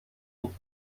nicht